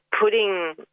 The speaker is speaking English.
putting